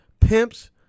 pimps